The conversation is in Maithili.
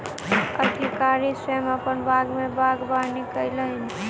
अधिकारी स्वयं अपन बाग में बागवानी कयलैन